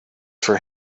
for